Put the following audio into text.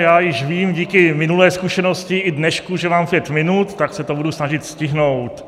Já již vím díky minulé zkušenosti i dnešku, že mám pět minut, tak se to budu snažit stihnout.